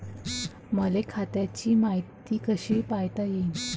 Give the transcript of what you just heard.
मले खात्याची मायती कशी पायता येईन?